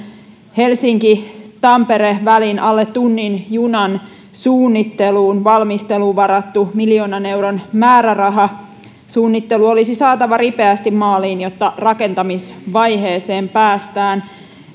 helsinki tampere välin alle tunnin junan suunnitteluun ja valmisteluun varattu miljoonan euron määräraha suunnittelu olisi saatava ripeästi maaliin jotta rakentamisvaiheeseen päästään